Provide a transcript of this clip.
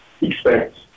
expect